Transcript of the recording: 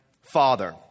father